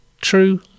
True